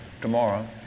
tomorrow